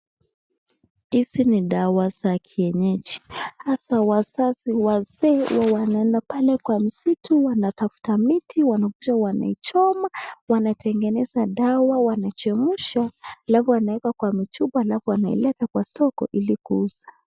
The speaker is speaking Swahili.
Hizi ni dawa za kienyeji. Hapa wazazi wazee wanaenda pale kwa msitu wanatafuta miti wanaichoma wanatengeneza dawa wanachemsha halafu anaweka kwa chupa halafu wanaleta kwa soko ili kuuza.